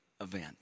event